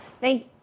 Thank